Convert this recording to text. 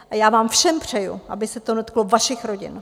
A já vám všem přeji, aby se to dotklo vašich rodin.